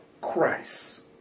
Christ